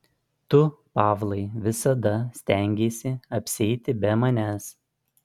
tu pavlai visada stengeisi apsieiti be manęs